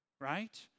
Right